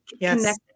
Yes